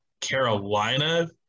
Carolina –